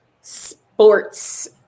sports